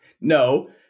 No